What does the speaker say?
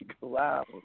Wow